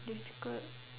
difficult